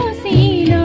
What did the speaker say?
c